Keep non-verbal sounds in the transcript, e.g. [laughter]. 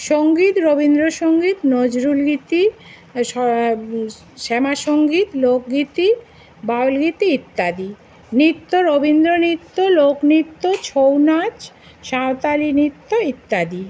সঙ্গীত রবীন্দ্রসঙ্গীত নজরুল গীতি [unintelligible] শ্যামা সঙ্গীত লোকগীতি বাউল গীতি ইত্যাদি নৃত্য রবীন্দ্র নৃত্য লোক নৃত্য ছৌ নাচ সাঁওতালি নৃত্য ইত্যাদি